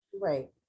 Right